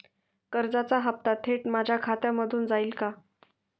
कर्जाचा हप्ता थेट माझ्या खात्यामधून जाईल का?